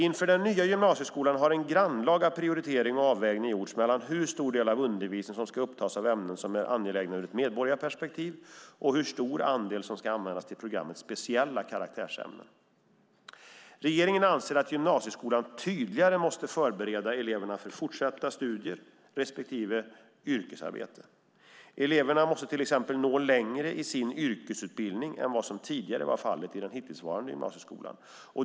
Inför den nya gymnasieskolan har en grannlaga prioritering och avvägning gjorts mellan hur stor andel av undervisningen som ska upptas av ämnen som är angelägna ur ett medborgarperspektiv och hur stor andel som ska användas till programmets speciella karaktärsämnen. Regeringen anser att gymnasieskolan tydligare måste förbereda eleverna för fortsatta studier respektive yrkesarbete. Eleverna måste till exempel nå längre i sin yrkesutbildning än vad som tidigare varit fallet i den hittillsvarande gymnasieskolan.